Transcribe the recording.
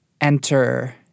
enter